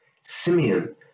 Simeon